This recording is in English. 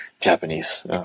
Japanese